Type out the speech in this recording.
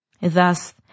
Thus